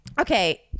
okay